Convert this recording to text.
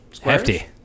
hefty